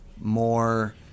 more –